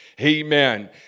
Amen